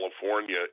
California